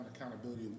accountability